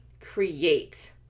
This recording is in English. create